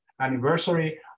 anniversary